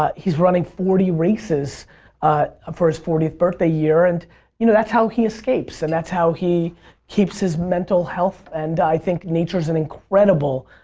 ah he's running forty races ah ah for his fortieth birthday year. and you know that's how he escapes. and that's how he keeps his mental health and i think nature is an incredible,